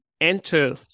enter